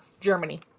Germany